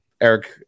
Eric